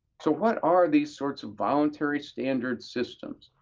so what are these sorts of voluntary standards systems?